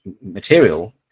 material